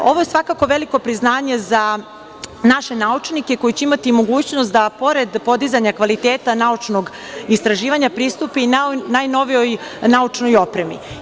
Ovo je svakako veliko priznanje za naše naučnike koji će imati mogućnost da pored podizanja kvaliteta naučnog istraživanja pristupe i najnovijoj naučnoj opremi.